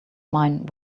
mind